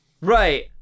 right